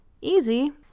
easy